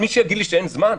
מישהו יגיד לי שאין זמן?